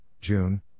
June